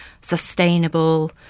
sustainable